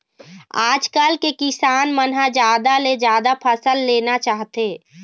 आजकाल के किसान मन ह जादा ले जादा फसल लेना चाहथे